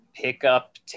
pickup